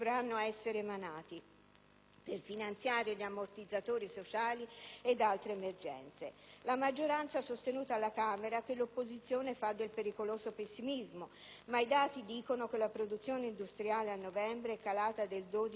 per finanziare gli ammortizzatori sociali ed altre emergenze. La maggioranza ha sostenuto alla Camera che l'opposizione fa del pericoloso pessimismo, ma i dati dicono che la produzione industriale a novembre è calata del 12,7